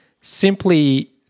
simply